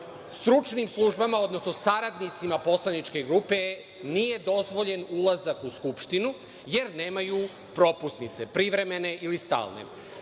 stručnim službama, odnosno saradnicima poslaničke grupe nije dozvoljen ulazak u Skupštinu jer nemaju propusnice, privremene ili stalne.